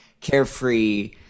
carefree